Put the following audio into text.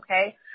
okay